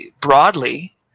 broadly